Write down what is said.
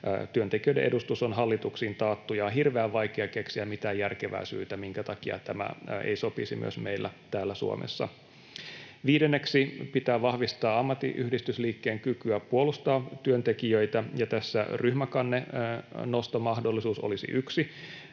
työntekijöiden edustus on hallituksiin taattu, ja on hirveän vaikea keksiä mitään järkevää syytä, minkä takia tämä ei sopisi myös meillä täällä Suomessa. Viidenneksi, pitää vahvistaa ammattiyhdistysliikkeen kykyä puolustaa työntekijöitä, ja tässä ryhmäkannenostomahdollisuus olisi yksi